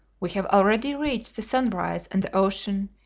we have already reached the sunrise and the ocean,